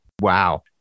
Wow